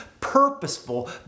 purposeful